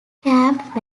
camp